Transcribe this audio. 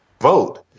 vote